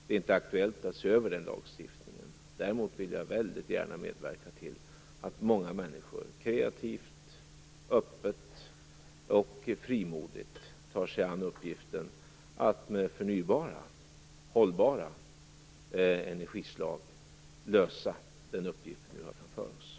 Det är inte aktuellt att se över den lagstiftningen. Däremot vill jag väldigt gärna medverka till att många människor kreativt, öppet och frimodigt tar sig an uppgiften att med förnybara, hållbara energislag lösa den uppgift vi nu har framför oss.